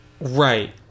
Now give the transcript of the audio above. Right